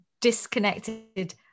disconnected